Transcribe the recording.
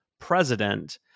president